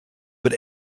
but